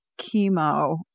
chemo